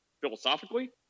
philosophically